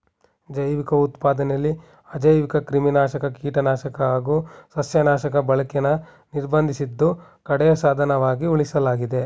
ಜೈವಿಕ ಉತ್ಪಾದನೆಲಿ ಅಜೈವಿಕಕ್ರಿಮಿನಾಶಕ ಕೀಟನಾಶಕ ಹಾಗು ಸಸ್ಯನಾಶಕ ಬಳಕೆನ ನಿರ್ಬಂಧಿಸಿದ್ದು ಕಡೆಯ ಸಾಧನವಾಗಿ ಉಳಿಸಲಾಗಿದೆ